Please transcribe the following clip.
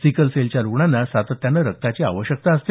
सिकलसेलच्या रुग्णांना सातत्यानं रक्तांची आवश्यकता असते